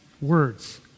words